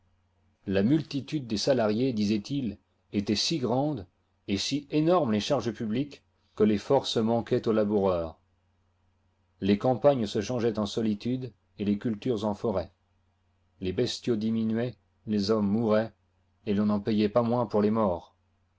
établissement des burgondes par le baroa gingins de la sarraz et si énormes les charges publiques que les forces manquaient aux laboureurs les campagnes se changeaient en solitudes et les cultures en forêts les bestiaux diminuaient les hommes mouraient et l'on n'en payait pas moins pour les morts